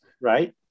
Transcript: Right